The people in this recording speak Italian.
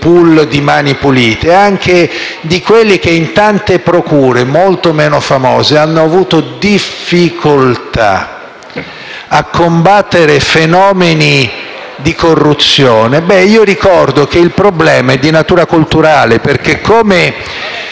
di mani pulite ma anche di quelli che in tante procure, molto meno famose, hanno avuto difficoltà a combattere fenomeni di corruzione, io ricordo che il problema è di natura culturale perché, come